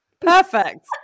Perfect